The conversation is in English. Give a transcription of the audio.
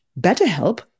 BetterHelp